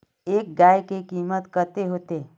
एक गाय के कीमत कते होते?